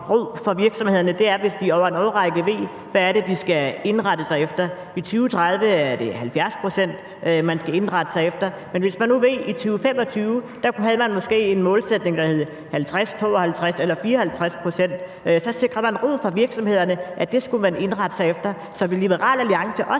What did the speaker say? ro for virksomhederne, og det er, hvis de over en årrække ved, hvad det er, de skal indrette sig efter. I 2030 er det 70 pct., man skal indrette sig efter. Men hvis man nu i 2025 måske havde en målsætning, der lød på 50, 52 eller 54 pct., så kunne man sikre ro for virksomhederne, ved at det var det, de skulle indrette sig efter. Så vil Liberal Alliance også